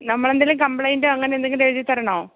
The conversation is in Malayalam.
നമ്മളെന്തേലും കംപ്ലൈൻറ്റോ അങ്ങനെ എന്തെങ്കിലും എഴുതിത്തരണോ